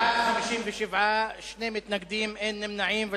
בעד, 57, שני מתנגדים, אין נמנעים.